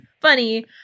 funny